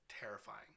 terrifying